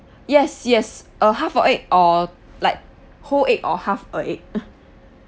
yes yes uh half a egg or like whole egg or half a egg